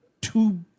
two-